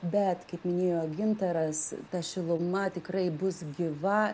bet kaip minėjo gintaras ta šiluma tikrai bus gyva